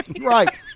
Right